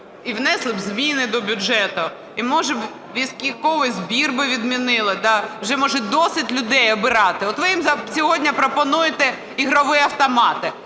і внесли зміни до бюджету, і, може, військовий збір відмінили. Вже, може, досить людей оббирати. От ви їм сьогодні пропонуєте ігрові автомати,